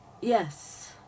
Yes